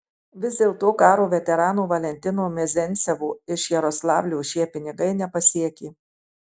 vis dėlto karo veterano valentino mezencevo iš jaroslavlio šie pinigai nepasiekė